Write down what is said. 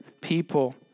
people